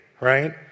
right